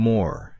More